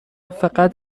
فقط